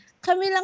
kami